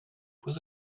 with